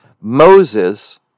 Moses